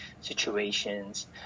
situations